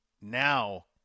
Now